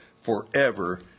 forever